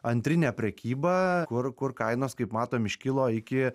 antrinę prekybą kur kur kainos kaip matome iškilo iki